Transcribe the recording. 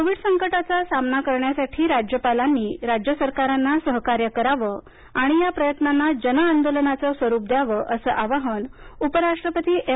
Covid संकटाचा सामना करण्यासाठी राज्यपालांनी राज्य सरकारांना सहकार्य करावं आणि या प्रयत्नांना जनआंदोलनाचं स्वरूप द्यावंअसं आवाहन उपराष्ट्रपती एम